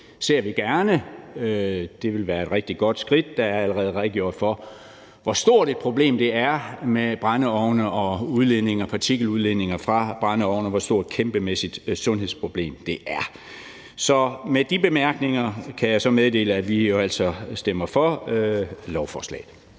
ser vi gerne; det ville være et rigtig godt skridt. Der er allerede redegjort for, hvor stort et problem det er med brændeovne, og hvor kæmpestort et sundhedsproblem det er med partikeludledningen fra brændeovne. Så med de bemærkninger kan jeg meddele, at vi altså stemmer for lovforslaget.